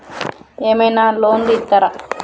ఏమైనా లోన్లు ఇత్తరా?